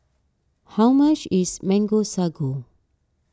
how much is Mango Sago